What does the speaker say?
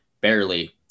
barely